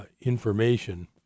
information